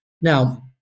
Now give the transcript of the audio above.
Now